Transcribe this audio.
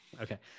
Okay